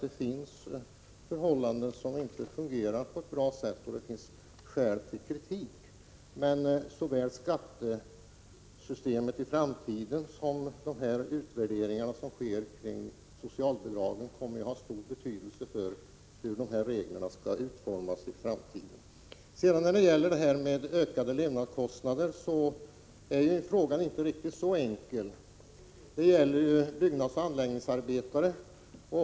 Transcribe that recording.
Det finns sådant som inte fungerar på ett bra sätt, varför det kan anföras kritik. Men såväl skattesystemet i framtiden som utvärderingarna beträffande socialbidragen kommer ju att ha stor betydelse för hur reglerna framdeles skall utformas. Frågan om ökade levnadskostnader vid arbete inom byggnadsoch anläggningsbranschen är inte så enkel.